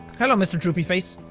hello, mr. droopy face.